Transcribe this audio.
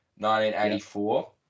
1984